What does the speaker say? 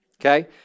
Okay